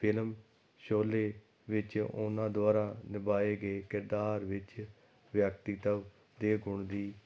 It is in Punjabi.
ਫਿਲਮ ਸ਼ੋਹਲੇ ਵਿੱਚ ਉਹਨਾਂ ਦੁਆਰਾ ਨਿਭਾਏ ਗਏ ਕਿਰਦਾਰ ਵਿੱਚ ਵਿਅਕਤੀਤਵ ਦੇ ਗੁਣ ਦੀ